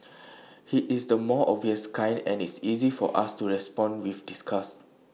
he is the more obvious kind and it's easy for us to respond with disgust